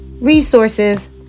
resources